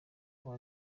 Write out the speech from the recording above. aba